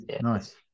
Nice